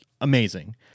amazing